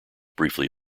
briefly